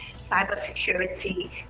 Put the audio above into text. cybersecurity